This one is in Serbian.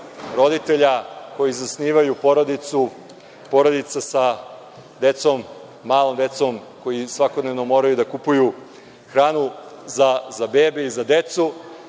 roditelja koji zasnivaju porodicu, porodica sa decom, malom decom, koji svakodnevno moraju da kupuju hranu za bebe i za decu.